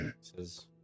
says